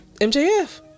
MJF